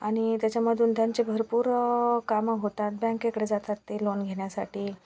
आणि त्याच्यामधून त्यांची भरपूर कामं होतात बँकेकडे जातात ते लोन घेण्यासाठी